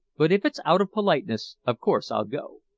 but if it's out of politeness, of course, i'll go.